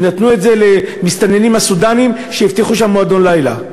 ובסוף נתנו את זה למסתננים הסודאנים שיפתחו שם מועדון לילה.